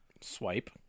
Swipe